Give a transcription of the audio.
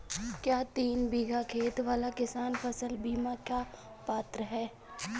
क्या तीन बीघा खेत वाला किसान फसल बीमा का पात्र हैं?